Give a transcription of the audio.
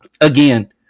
again